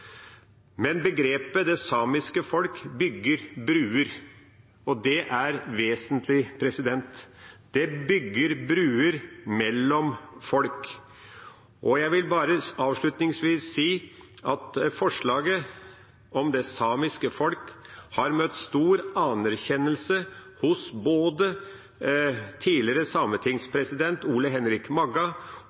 Men begrepet «det samiske folk» bygger bruer, og det er vesentlig. Det bygger bruer mellom folk. Jeg vil bare avslutningsvis si at forslaget om «det samiske folk» har møtt stor anerkjennelse hos både tidligere sametingspresident Ole Henrik Magga